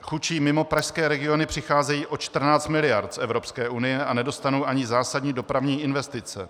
Chudší mimopražské regiony přicházejí o 14 mld. z Evropské unie a nedostanou ani zásadní dopravní investice.